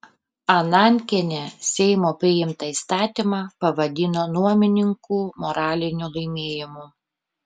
anankienė seimo priimtą įstatymą pavadino nuomininkų moraliniu laimėjimu